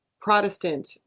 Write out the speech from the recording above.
Protestant